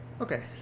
Okay